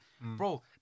bro